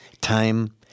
Time